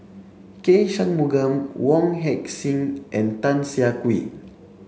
K Shanmugam Wong Heck Sing and Tan Siah Kwee